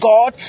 God